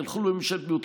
תלכו לממשלת מיעוט,